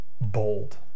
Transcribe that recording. bold